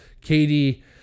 Katie